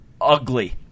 ugly